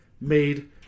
made